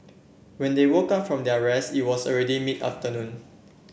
when they woke up from their rest it was already mid afternoon